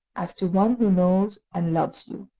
as to one who knows and loves you.